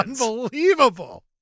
Unbelievable